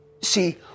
see